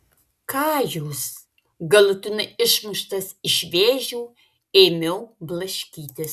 ką jūs galutinai išmuštas iš vėžių ėmiau blaškytis